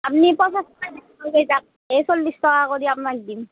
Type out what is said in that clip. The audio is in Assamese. আপনি পঞ্চাছ টকা দিব নালগে যাক এই চল্লিছ টকা কৰি আপনাক দিম